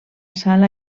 sala